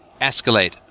escalate